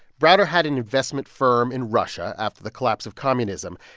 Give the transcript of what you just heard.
browder had an investment firm in russia after the collapse of communism.